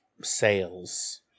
sales